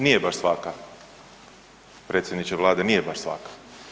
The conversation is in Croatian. Nije baš svaka, predsjedniče Vlade, nije baš svaka.